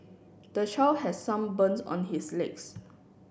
the child has some burns on his legs